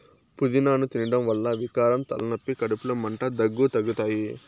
పూదినను తినడం వల్ల వికారం, తలనొప్పి, కడుపులో మంట, దగ్గు తగ్గుతాయి